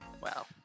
Wow